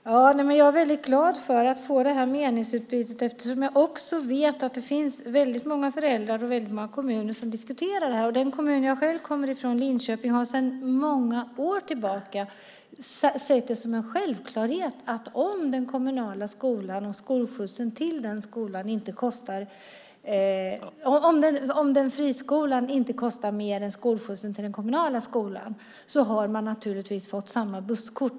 Herr talman! Jag är väldigt glad för att få det här meningsutbytet eftersom jag vet att det finns väldigt många föräldrar och väldigt många kommuner som diskuterar det här. Den kommun jag själv kommer ifrån, Linköping, har sedan många år tillbaka sett det som en självklarhet att om skolskjutsen till friskolan inte kostar mer än skolskjutsen till den kommunala skolan har eleverna naturligtvis fått samma busskort.